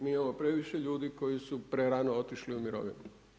Mi imamo previše ljudi koji su prerano otišli u mirovine.